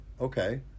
okay